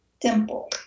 dimple